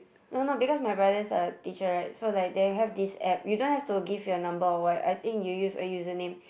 no no because my brothers are teacher right so like they have this app you don't have to give your number or what I think you use a username